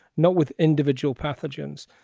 not with individual pathogens.